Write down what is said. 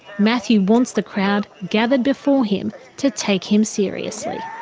matthew wants the crowd gathered before him to take him seriously.